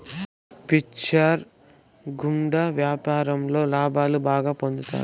future value గుండా వ్యాపారంలో లాభాలు బాగా పొందుతారు